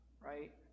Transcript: right